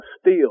steel